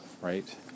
right